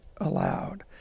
allowed